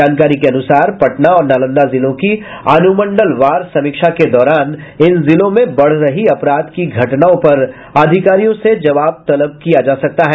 जानकारी के अनुसार पटना और नालंदा जिलों की अनुमंडलवार समीक्षा के दौरान इन जिलों में बढ़ रही अपराध की घटनाओं पर अधिकारियों से जवाब तलब किया जा सकता है